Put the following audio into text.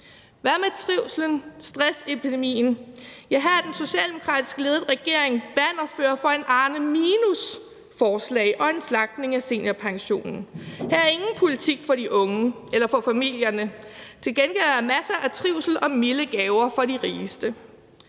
Hvad med trivslen, stressepidemien? Her er den socialdemokratisk ledede regering bannerfører for et Arne-minus-forslag og en slagtning af seniorpensionen. Her er ingen politik for de unge eller for familierne, men til gengæld er der masser af trivsel og milde gaver til de rigeste.